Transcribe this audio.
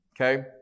Okay